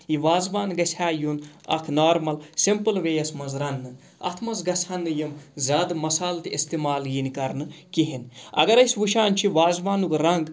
یہِ وازوان گژھِ ہا یُن اَکھ نارمَل سِمپٕل وٮ۪یَس منٛز رَننہٕ اَتھ منٛز گژھِ ہا نہٕ یِم زیادٕ مَسالہٕ تہِ اِستعمال یِنۍ کَرنہٕ کِہیٖنۍ اَگَر أسۍ وٕچھان چھِ وازوانُک رنٛگ